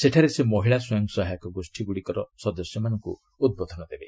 ସେଠାରେ ସେ ମହିଳା ସ୍ୱୟଂସହାୟକ ଗୋଷୀର ସଦସ୍ୟମାନଙ୍କୁ ଉଦ୍ବୋଧନ ଦେବେ